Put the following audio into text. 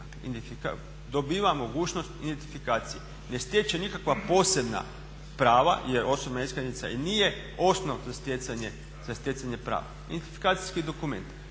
Dobiva mogućnost identifikacije. Ne stječe posebna prava jer osobna iskaznica i nije osnov za stjecanje prava. Identifikacijski dokument.